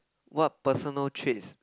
what personal traits